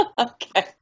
okay